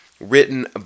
written